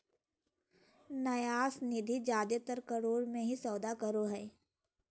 न्यास निधि जादेतर करोड़ मे ही सौदा करो हय